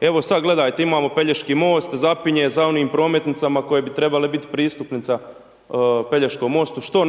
evo sad gledajte imamo Pelješki most, zapinje za onim prometnicama koje bi trebale bit pristupnica Pelješkom mostu, što